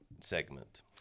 segment